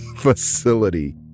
facility